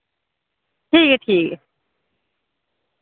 ठीक ऐ ठीक ऐ